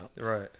right